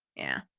yeah.